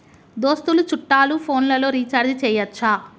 దోస్తులు చుట్టాలు ఫోన్లలో రీఛార్జి చేయచ్చా?